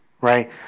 right